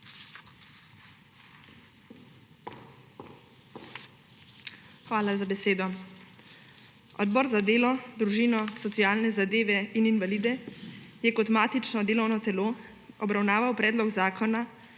Hvala za besedo. Odbor za delo, družino, socialne zadeve in invalide je kot matično delovno telo obravnaval Predlog zakona